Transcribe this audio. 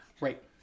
Right